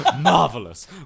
marvelous